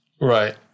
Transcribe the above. Right